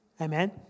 Amen